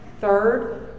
Third